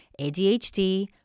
ADHD